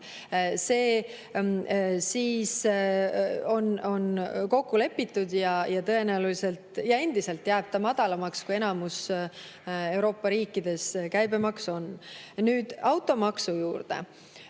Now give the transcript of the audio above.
See on kokku lepitud ja endiselt jääb ta madalamaks, kui enamikus Euroopa riikides käibemaks on. Nüüd automaksu juurde.